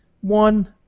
One